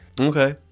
Okay